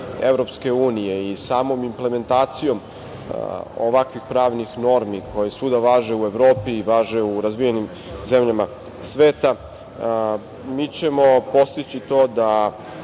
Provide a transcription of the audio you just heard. Evropske unije i samom implementacijom ovakvih pravnih normi koje svuda važe u Evropi i važe u razvijenim zemljama sveta mi ćemo postići to da